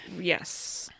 yes